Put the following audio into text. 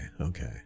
okay